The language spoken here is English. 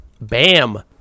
Bam